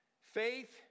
Faith